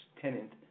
tenant